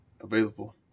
available